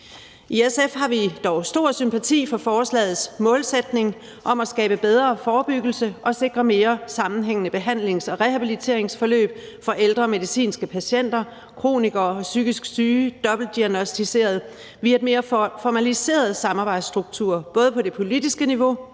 I SF har vi dog stor sympati for forslagets målsætning om at skabe bedre forebyggelse og sikre mere sammenhængende behandlings- og rehabiliteringsforløb for ældre medicinske patienter, kronikere, psykisk syge og dobbeltdiagnosticerede via en mere formaliseret samarbejdsstruktur, både på det politiske niveau